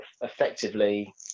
effectively